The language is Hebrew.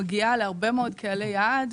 מגיעה להרבה מאוד קהלי יעד,